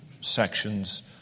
sections